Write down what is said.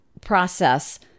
process